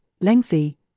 lengthy